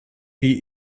wie